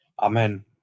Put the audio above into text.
Amen